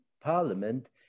parliament